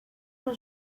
روز